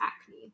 acne